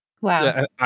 Wow